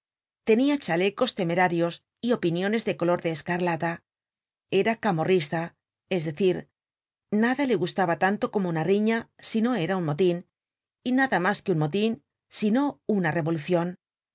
tenia chalecos temerarios y opiniones de color de escarlata era camorrista es decir nada le gustaba tanto como una riña si no era un motin y nada mas que un motin si no una revolucion